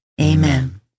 Amen